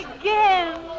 again